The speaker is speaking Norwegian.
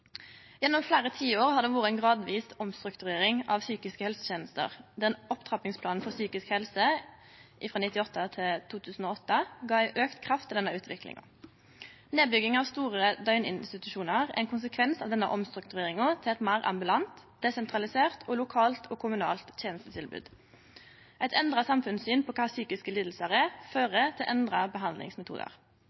Gjennom fleire tiår har det vore ei gradvis omstrukturering av psykiske helsetenester. Opptrappingsplanen for psykisk helse 1998–2008 gav ei auka kraft til denne utviklinga. Nedbygging av store døgninstitusjonar er ein konsekvens av denne omstruktureringa til eit meir ambulant, desentralisert og lokalt/kommunalt tenestetilbod. Eit endra samfunnssyn på kva psykiske lidingar er, fører til endra behandlingsmetodar.